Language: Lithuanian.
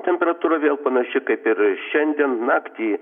temperatūra vėl panaši kaip ir šiandien naktį